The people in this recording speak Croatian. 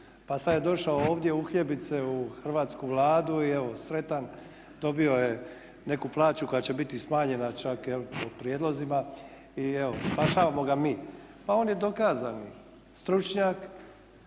pa sad je došao ovdje uhljebit se u Hrvatsku vladu i evo sretan dobio je neku plaću koja će biti smanjena čak evo po prijedlozima i evo spašavamo ga mi. Pa on je dokazani stručnjak,